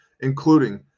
including